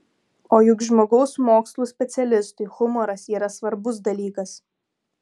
o juk žmogaus mokslų specialistui humoras yra svarbus dalykas